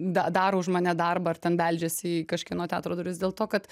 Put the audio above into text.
da daro už mane darbą ar ten beldžiasi į kažkieno teatro duris dėl to kad